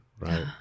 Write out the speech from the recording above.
right